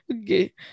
Okay